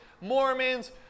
Mormons